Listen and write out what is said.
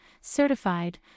certified